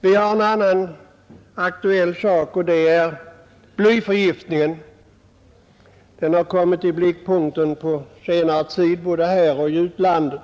En annan aktuell sak är blyförgiftningen. Den har kommit i blickpunkten på senare tid, både här och i utlandet.